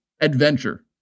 adventure